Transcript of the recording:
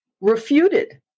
refuted